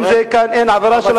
האם כאן אין עבירה של,